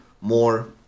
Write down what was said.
more